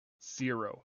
zero